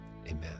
amen